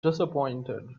disappointed